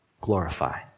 glorify